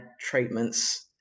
treatments